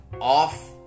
Off